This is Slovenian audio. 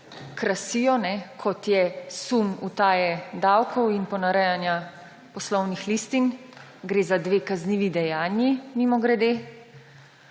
krasijo, kot je sum utaje davkov in ponarejanja poslovnih listin. Gre za dve kaznivi dejanji, mimogrede.